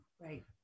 right